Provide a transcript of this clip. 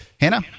Hannah